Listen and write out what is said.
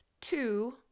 two